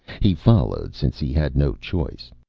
he followed, since he had no choice,